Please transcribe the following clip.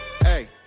Hey